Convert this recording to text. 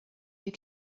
you